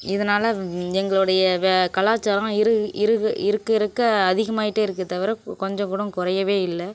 இதனால எங்களோடைய வே கலாச்சாரம் இருக இருக இருக்க இருக்க அதிகமாகிட்டே இருக்கே தவிர கொஞ்சம் கூட குறையவே இல்லை